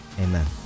Amen